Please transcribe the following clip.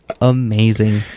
amazing